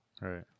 right